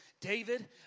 David